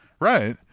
right